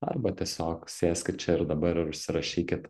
arba tiesiog sėskit čia ir dabar ir užsirašykit